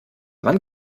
wann